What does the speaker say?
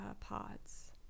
pods